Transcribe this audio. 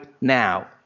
now